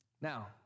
now